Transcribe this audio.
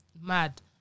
mad